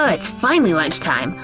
ah it's finally lunchtime!